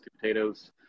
potatoes